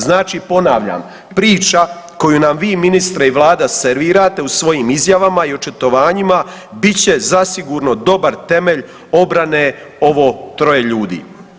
Znači ponavljam, priča koju nam vi ministre i vlada servirate u svojim izjavama i očitovanjima bit će zasigurno dobar temelj obrane ovo troje ljudi.